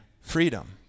freedom